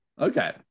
Okay